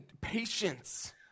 patience